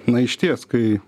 na išties kai